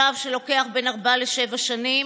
שלב שלוקח בין ארבע לשבע שנים,